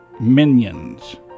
Minions